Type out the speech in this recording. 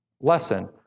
lesson